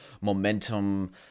momentum